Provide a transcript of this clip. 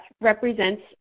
represents